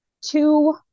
two